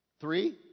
Three